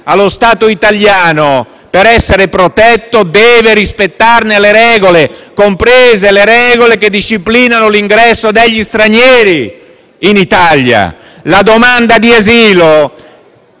allo Stato italiano per essere protetto deve rispettarne le regole, comprese le regole che disciplinano l'ingresso degli stranieri in Italia. Egregi